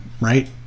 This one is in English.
right